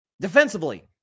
Defensively